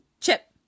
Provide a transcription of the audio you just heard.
chip